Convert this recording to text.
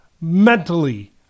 mentally